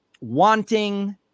wanting